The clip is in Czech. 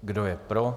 Kdo je pro?